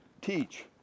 teach